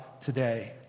today